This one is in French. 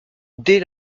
dès